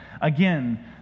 Again